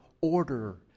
order